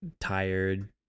tired